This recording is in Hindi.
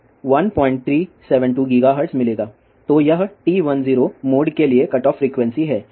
तो यह TE10 मोड के लिए कटऑफ फ्रीक्वेंसी है